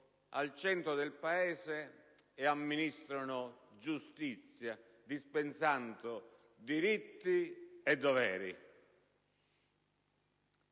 al centro del paese per amministrare giustizia e dispensare diritti e doveri.